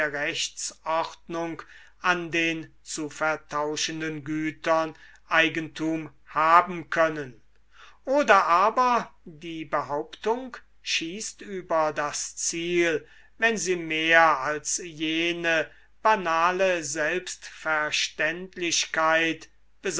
rechtsordnung an den zu vertauschenden gütern eigentum haben können oder aber die behauptung schießt über das ziel wenn sie mehr als jene banale selbstverständlichkeit